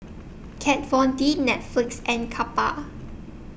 Kat Von D Netflix and Kappa